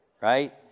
right